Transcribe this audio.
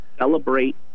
Celebrate